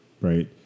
right